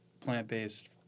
plant-based